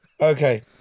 okay